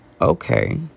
okay